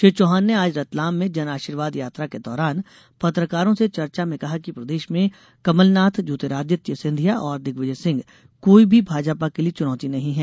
श्री चौहान ने आज रतलाम में जनअशीर्वाद यात्रा के दौरान पत्रकारों से चर्चा में कहा कि प्रदेश में कमलनाथ ज्योतिरादित्य सिंधिया और दिग्विजय सिंह कोई भी भाजपा के लिये चुनौती नहीं है